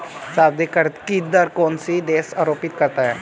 सर्वाधिक कर की दर कौन सा देश आरोपित करता है?